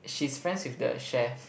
she's friends with the chef